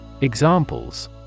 Examples